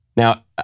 Now